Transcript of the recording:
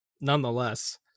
nonetheless